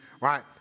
right